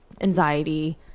anxiety